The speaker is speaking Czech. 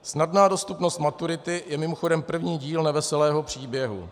Snadná dostupnost maturity je mimochodem první díl neveselého příběhu.